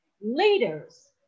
Leaders